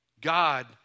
God